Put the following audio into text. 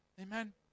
Amen